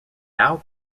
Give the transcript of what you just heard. now